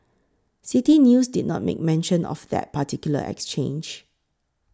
City News did not make mention of that particular exchange